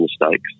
mistakes